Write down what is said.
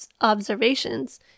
observations